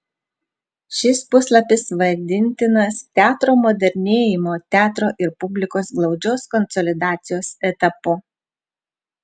šis puslapis vadintinas teatro modernėjimo teatro ir publikos glaudžios konsolidacijos etapu